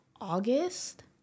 August